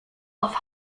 off